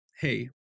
hey